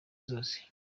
zose